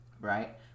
right